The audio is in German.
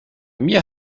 mir